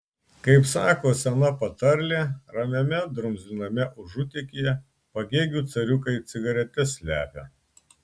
kaip sako sena patarlė ramiame drumzliname užutėkyje pagėgių cariukai cigaretes slepia